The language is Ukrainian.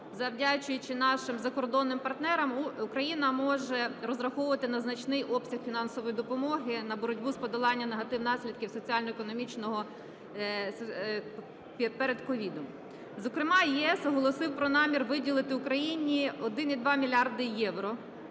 завдячуючи нашим закордонним партнерам Україна може розраховувати на значний обсяг фінансової допомоги на боротьбу з подолання негативних наслідків соціально-економічного перед COVID. Зокрема ЄС оголосив про намір виділити Україні 1,2 мільярди євро